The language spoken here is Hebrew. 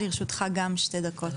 לרשותך גם שתי דקות.